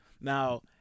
now